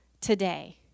today